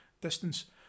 distance